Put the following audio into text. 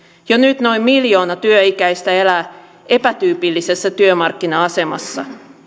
jo nyt noin miljoona työikäistä elää epätyypillisessä työmarkkina asemassa